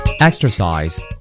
Exercise